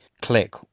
Click